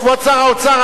כבוד שר האוצר,